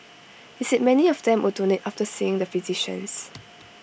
he said many of them would donate after seeing the physicians